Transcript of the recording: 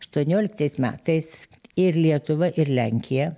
aštuonioliktais metais ir lietuva ir lenkija